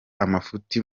amafuti